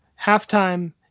halftime